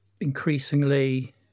increasingly